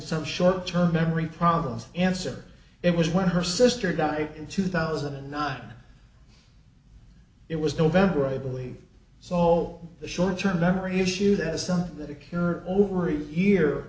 some short term memory problems answer it was when her sister died in two thousand and nine it was november i believe so the short term memory issue that is something that occur over a year